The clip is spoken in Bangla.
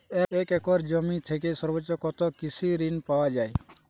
এক একর জমি থেকে সর্বোচ্চ কত কৃষিঋণ পাওয়া য়ায়?